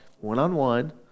one-on-one